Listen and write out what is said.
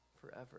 forever